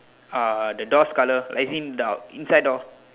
ah the doors colours as in the inside door